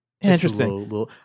Interesting